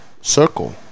circle